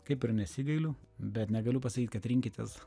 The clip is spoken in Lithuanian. kaip ir nesigailiu bet negaliu pasakyt kad rinkitės